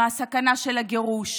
בסכנה של גירוש.